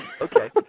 Okay